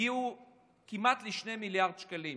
הגיע כמעט ל-2 מיליארד שקלים.